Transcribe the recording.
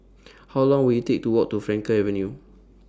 How Long Will IT Take to Walk to Frankel Avenue